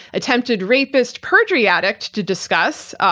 attempted rapist, perjury addict to discuss,